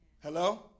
Hello